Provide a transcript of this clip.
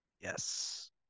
Yes